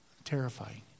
terrifying